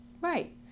Right